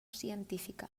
científica